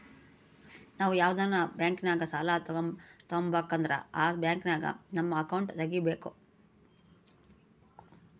ನಾವು ಯಾವ್ದನ ಬ್ಯಾಂಕಿನಾಗ ಸಾಲ ತಾಬಕಂದ್ರ ಆ ಬ್ಯಾಂಕಿನಾಗ ನಮ್ ಅಕೌಂಟ್ ತಗಿಬಕು